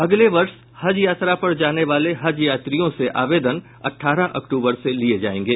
अगले वर्ष हज यात्रा पर जाने वाले हज यात्रियों से आवेदन अठारह अक्टूबर से लिये जायेंगे